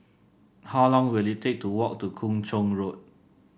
how long will it take to walk to Kung Chong Road